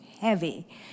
heavy